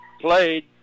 played